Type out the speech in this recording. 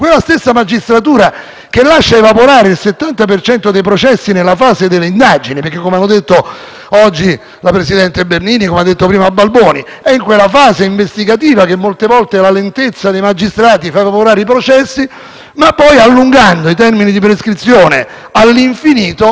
che lascia evaporare il 70 per cento dei processi nella fase delle indagini, perché, come ha detto oggi il presidente Bernini e come ha detto il senatore Balboni, è in quella fase investigativa che molte volte la lentezza dei magistrati fa evaporare i processi. Ebbene, allungando i termini di prescrizione all'infinito, ci sarà